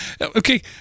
okay